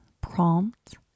prompt